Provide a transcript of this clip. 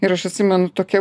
ir aš atsimenu tokia